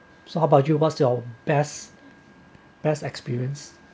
so how about you what's your best best experience